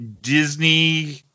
Disney